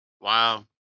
Wow